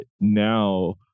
now